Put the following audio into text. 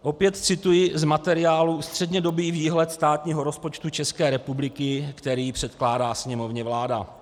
Opět cituji z materiálu Střednědobý výhled státního rozpočtu České republiky, který předkládá Sněmovně vláda.